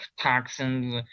toxins